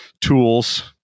tools